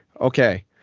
Okay